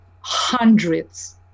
hundreds